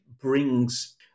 brings